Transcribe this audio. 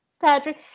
Patrick